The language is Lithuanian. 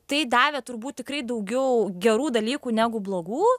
tai davė turbūt tikrai daugiau gerų dalykų negu blogų